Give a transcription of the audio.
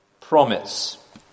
promise